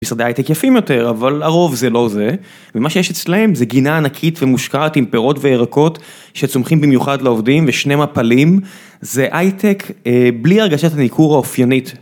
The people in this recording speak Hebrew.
משרדי הייטק יפים יותר, אבל הרוב זה לא זה. ומה שיש אצלם זה גינה ענקית ומושקעת עם פירות וירקות שצומחים במיוחד לעובדים ושני מפלים. זה הייטק בלי הרגשת הניכור האופיינית.